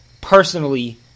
personally